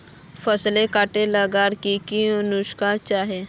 फसलोत किट लगाले की की नुकसान होचए?